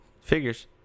figures